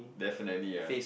definitely yes